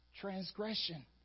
transgression